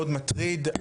מאוד מטריד,